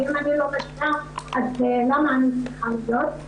ואם אני לא משפיעה אז למה אני צריכה להיות שם?